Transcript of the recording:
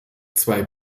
zwei